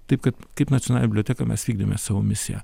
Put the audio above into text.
taip kad kaip nacionalinė biblioteka mes vykdėme savo misiją